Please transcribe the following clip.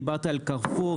דיברת על קרפור.